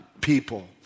people